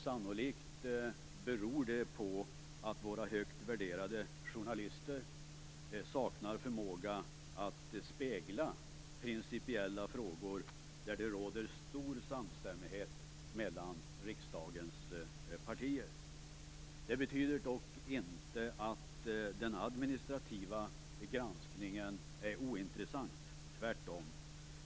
Sannolikt beror det på att våra högt värderade journalister saknar förmåga att spegla principiella frågor där det råder stor samstämmighet mellan riksdagens partier. Det betyder dock inte att den administrativa granskningen är ointressant, tvärtom.